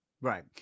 right